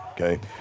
okay